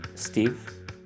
Steve